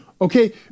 Okay